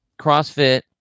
CrossFit